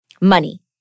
money